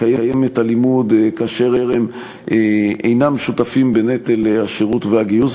לקיים את הלימוד כאשר הם אינם שותפים בנטל השירות והגיוס.